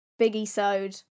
biggie-sewed